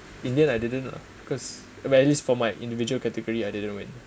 in the end I didn't lah because well at least for my individual category I didn't win